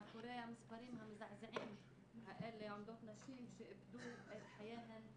מאחורי המספרים המזעזעים האלה עומדות נשים שאיבדו את חייהן,